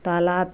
तालाब